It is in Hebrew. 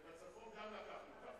וגם בצפון לקחנו קו כזה.